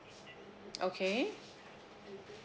okay